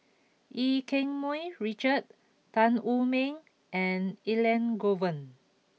Eu Keng Mun Richard Tan Wu Meng and Elangovan